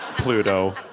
Pluto